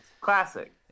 Classic